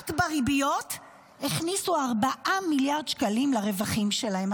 רק בריביות הכניסו 4 מיליארד שקלים לרווחים שלהם.